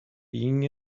being